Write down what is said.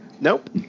Nope